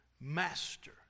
master